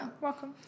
Welcome